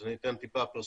אז אני אתן טיפה פרספקטיבה,